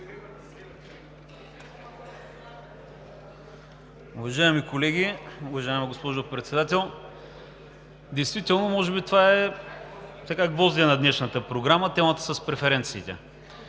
Уважаеми колеги, уважаема госпожо Председател! Действително може би това е гвоздеят на днешната програма – темата с преференциите.